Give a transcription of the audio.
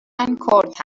کرد